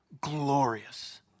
glorious